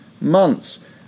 months